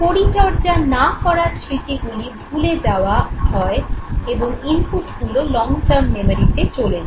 পরিচর্যা না করা স্মৃতিগুলি ভুলে যাওয়া হয় এবং ইনপুটগুলো লং টার্ম মেমোরিতে চলে যায়